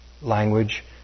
language